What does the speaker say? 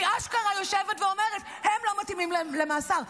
היא אשכרה יושבת ואומרת: הם לא מתאימים למאסר.